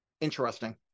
interesting